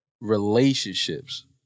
relationships